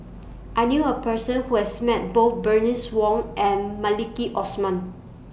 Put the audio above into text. I knew A Person Who has Met Both Bernice Wong and Maliki Osman